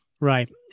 right